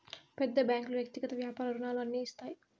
పెద్ద బ్యాంకులు వ్యక్తిగత వ్యాపార రుణాలు అన్ని ఇస్తాయి